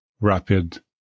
rapid